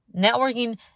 Networking